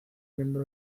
miembro